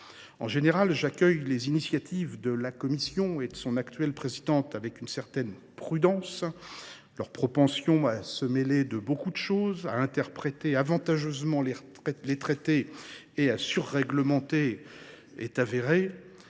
en général les initiatives de la Commission, et de son actuelle présidente, avec une certaine prudence. Sa propension à se mêler de tout, à interpréter avantageusement les traités et à surréglementer est avérée.